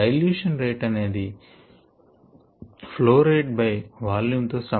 dilution rate అనేది flow rate by volume తో సమానం